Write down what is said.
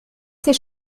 ses